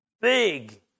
big